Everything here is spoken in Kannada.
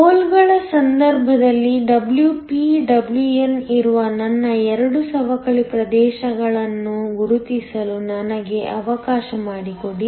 ಹೋಲ್ಗಳ ಸಂದರ್ಭದಲ್ಲಿ Wp Wn ಇರುವ ನನ್ನ 2 ಸವಕಳಿ ಪ್ರದೇಶಗಳನ್ನು ಗುರುತಿಸಲು ನನಗೆ ಅವಕಾಶ ಮಾಡಿಕೊಡಿ